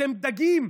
אתם דגים?